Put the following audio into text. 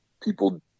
people